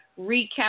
recap